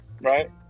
Right